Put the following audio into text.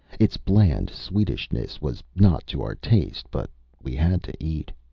its bland sweetishness was not to our taste, but we had to eat.